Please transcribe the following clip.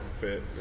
fit